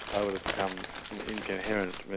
i would have become an incoherent,